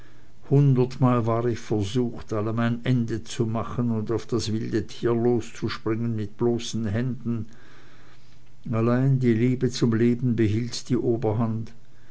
hundertmal war ich versucht allem ein ende zu machen und auf das wilde tier loszuspringen mit bloßen händen allein die liebe zum leben behielt die oberhand